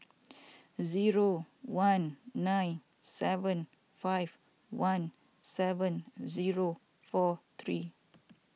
zero one nine seven five one seven zero four three